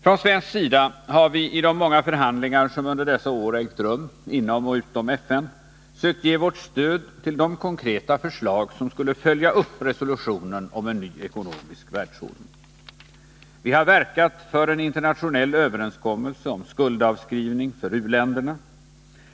Från svensk sida har vi i de många förhandlingar som under dessa år ägt rum —inom och utom FN — sökt ge vårt stöd till de konkreta förslag som skulle Nr 48 följa upp resolutionen om en ny ekonomisk världsordning. Vi har verkat för en internationell överenskommelse om skuldavskrivning för u-länderna.